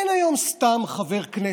אין היום סתם חבר כנסת.